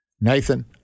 Nathan